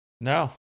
no